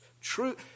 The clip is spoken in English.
True